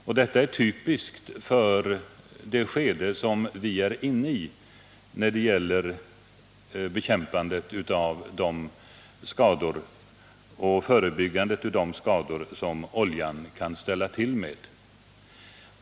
Och detta är typiskt för det skede som vi är inne i när det gäller bekämpande och förebyggande av de skador som oljan kan ställa till med.